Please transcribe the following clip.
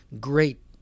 great